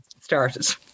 started